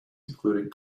including